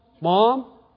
Mom